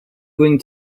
going